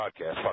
podcast